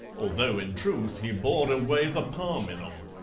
although, in truth, he bore away the palm in em.